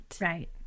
Right